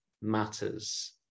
matters